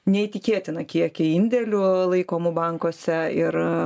neįtikėtiną kiekį indėlių laikomų bankuose ir